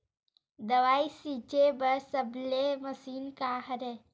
दवाई छिंचे बर सबले मशीन का हरे?